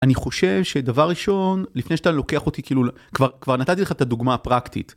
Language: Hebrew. אני חושב שדבר ראשון לפני שאתה לוקח אותי כאילו כבר כבר נתתי לך את הדוגמה הפרקטית.